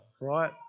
right